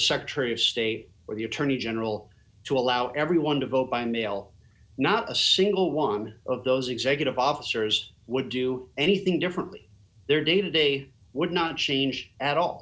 secretary of state where the attorney general to allow everyone to vote by mail not a single one of those executive officers would do anything differently their day to day would not change at all